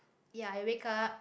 ya I wake up